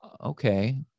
Okay